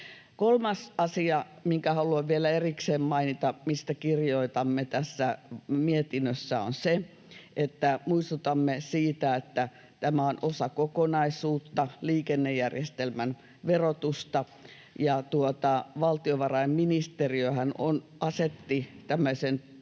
Kolmas asia, minkä haluan vielä erikseen mainita, mistä kirjoitamme tässä mietinnössä, on se, että muistutamme siitä, että tämä on osa liikennejärjestelmän verotuksen kokonaisuutta. Valtiovarainministeriöhän asetti tämmöisen työryhmän